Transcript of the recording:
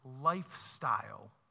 lifestyle